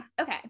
Okay